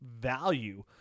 value